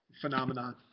phenomenon